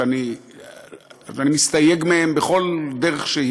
שאני מסתייג מהן בכל דרך.